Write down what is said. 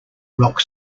rock